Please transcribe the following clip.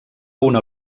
una